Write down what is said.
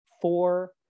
four